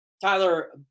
Tyler